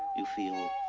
you feel.